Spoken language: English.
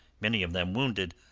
many of them wounded,